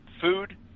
Food